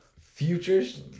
Futures